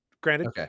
granted